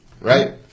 right